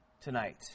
tonight